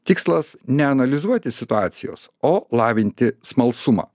tikslas ne analizuoti situacijos o lavinti smalsumą